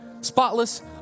spotless